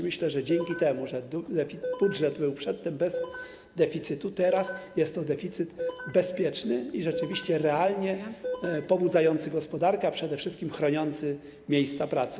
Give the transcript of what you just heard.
Myślę, że dzięki temu, że budżet przedtem był bez deficytu, teraz jest to deficyt bezpieczny i rzeczywiście realnie pobudzający gospodarkę, a przede wszystkim chronione są miejsca pracy.